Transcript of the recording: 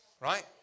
right